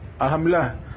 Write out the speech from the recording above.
Alhamdulillah